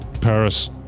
Paris